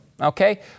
Okay